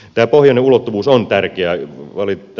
tämä pohjoinen ulottuvuus on tärkeä